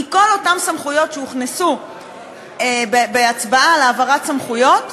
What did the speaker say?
כי כל אותן סמכויות שהוכנסו בהצבעה על העברת סמכויות,